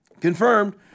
Confirmed